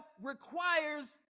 requires